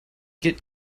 get